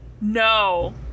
No